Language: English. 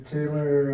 Taylor